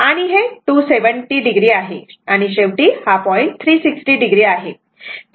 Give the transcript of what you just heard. आणि शेवटी हा पॉईंट 360 oआहे